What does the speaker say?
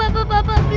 ah papa.